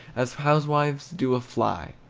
as housewives do a fly.